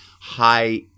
high